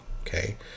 okay